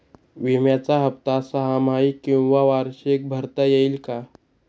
विम्याचा हफ्ता सहामाही किंवा वार्षिक भरता येईल का?